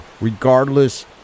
regardless